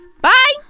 bye